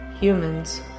humans